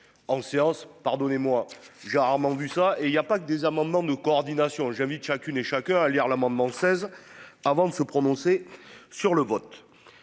en séance, pardonnez-moi, j'ai rarement vu ça, et il y a pas que des amendements de coordination j'invite chacune et chacun à lire l'amendement le 16 avant de se prononcer sur le vote.